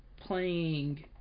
playing